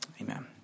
amen